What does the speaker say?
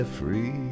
free